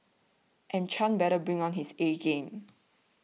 and Chan better bring on his A game